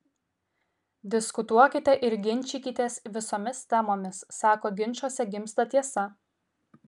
diskutuokite ir ginčykitės visomis temomis sako ginčuose gimsta tiesa